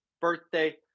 birthday